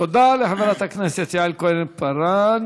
תודה לחברת הכנסת יעל כהן-פארן.